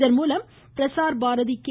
இதன் மூலம் பிரசார் பாரதி கே